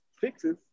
fixes